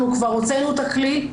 אנחנו כבר הוצאנו את הכלי,